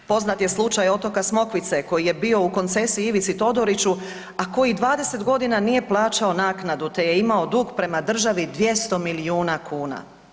Poznat je slučaj otoka Smokvice koji je bio u koncesiji Ivici Todoriću, a koji 20.g. nije plaćao naknadu, te je imao dug prema državi 200 milijuna kuna.